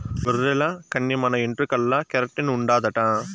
గొర్రెల కన్ని మన ఎంట్రుకల్ల కెరటిన్ ఉండాదట